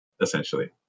essentially